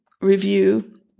review